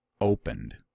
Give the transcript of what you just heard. opened